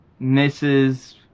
Mrs